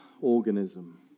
organism